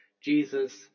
jesus